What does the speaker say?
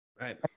Right